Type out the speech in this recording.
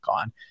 on